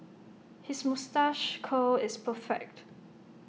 his moustache curl is perfect